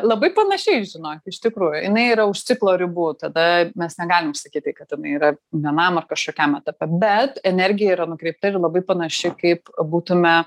labai panašiai žinok iš tikrųjų jinai yra už ciklo ribų tada mes negalim sakyti kad jinai yra vienam ar kažkokiam etape bet energija yra nukreipta ir labai panaši kaip būtume